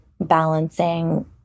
balancing